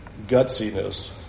gutsiness